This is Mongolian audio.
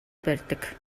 барьдаг